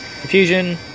Confusion